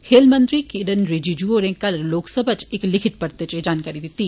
खेल मंत्री किटेन रिजीजू होरें कल लोकसभा इच इक लिखित परते इच एह् जानकारी दित्ती